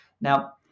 Now